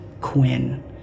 Quinn